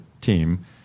team